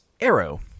arrow